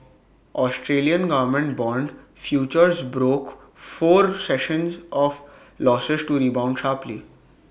Australian government Bond futures broke four sessions of losses to rebound sharply